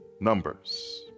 numbers